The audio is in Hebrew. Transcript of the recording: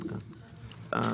על נושא של